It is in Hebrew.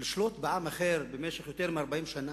לשלוט בעם אחר במשך יותר מ-40 שנה,